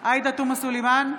עאידה תומא סלימאן,